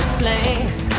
place